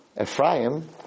Ephraim